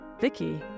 Vicky